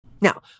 Now